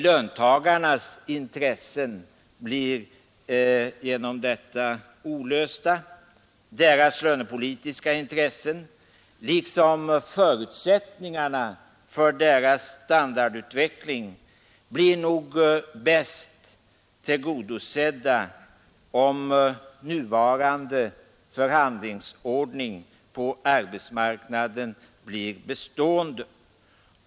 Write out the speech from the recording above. Löntagarnas intressen förblir olösta. Deras lönepolitiska intressen liksom förutsättningarna för deras standardutveckling blir nog bäst tillgodosedda, om nuvarande förhandlingsordning på arbetsmarknaden blir bestående.